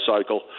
cycle